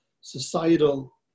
societal